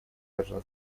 должна